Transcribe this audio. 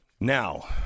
Now